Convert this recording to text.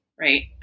Right